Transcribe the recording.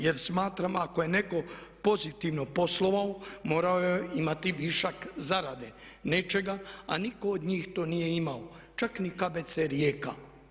Jer smatram ako je netko pozitivno poslovao morao je imati višak zarade nečega, a nitko od njih to nije imao čak ni KBC Rijeka.